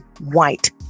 white